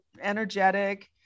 energetic